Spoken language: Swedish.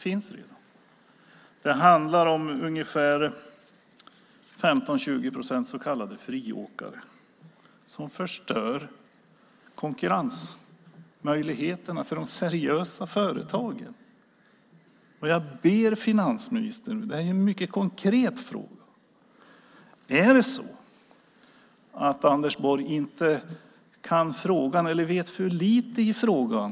Också detta finns alltså redan. 15-20 procent så kallade friåkare förstör konkurrensmöjligheterna för de seriösa företagen. Är det så - detta är en mycket konkret fråga till finansministern - att Anders Borg inte kan frågan eller att han vet för lite i frågan?